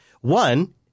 One